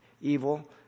evil